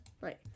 Right